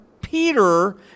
Peter